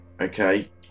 okay